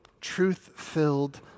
truth-filled